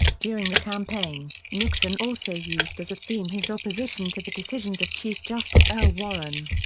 during the campaign, nixon also used as a theme his opposition to the decisions of chief justice earl warren.